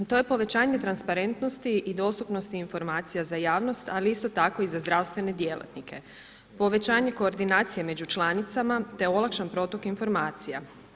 To je povećanje transparentnosti i dostupnosti informacija za javnost ali isto tako i za zdravstvene djelatnike, povećanje koordinacije među članicama te olakšan protok informacija.